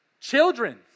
children